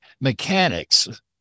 mechanics